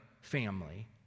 family